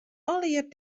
allegearre